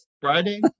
Friday